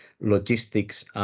logistics